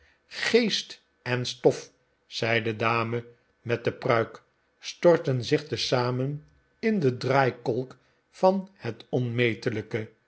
geest en stof zei de dame met de pruik storten zich tezamen in de draaikolk van het onmetelijke